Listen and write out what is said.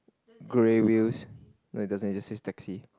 grey wheels like does is it a taxi